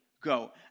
go